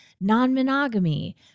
non-monogamy